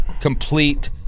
complete